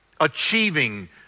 achieving